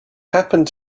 happened